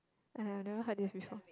I have never heard this before